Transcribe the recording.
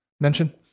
mention